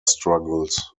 struggles